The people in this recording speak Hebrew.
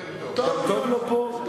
טוב לו פה.